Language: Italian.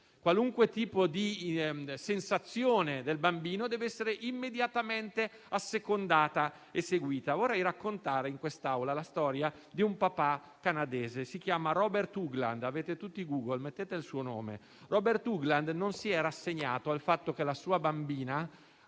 qualunque tipo di sensazione del bambino dev'essere immediatamente assecondata e seguita. Vorrei raccontare in quest'Aula la storia di un papà canadese, che si chiama Robert Hoogland. Avete tutti Google e potete cercare il suo nome: Robert Hoogland non si è rassegnato al fatto che la sua bambina,